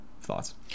thoughts